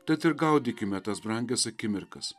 tad ir gaudykime tas brangias akimirkas